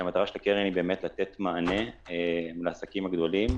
כשהמטרה של הקרן היא לתת מענה לעסקים הגדולים,